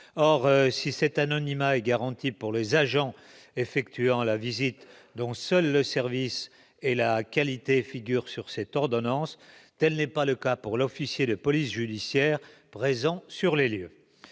Or si l'anonymat est garanti pour les agents effectuant la visite, dont seuls le service et la qualité figurent sur l'ordonnance, il ne l'est pas pour l'officier de police judiciaire présent sur les lieux.